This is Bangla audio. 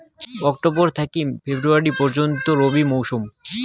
অক্টোবর থাকি ফেব্রুয়ারি পর্যন্ত রবি মৌসুম